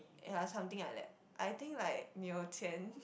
ya something like that I think like 你有钱